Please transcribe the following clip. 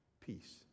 peace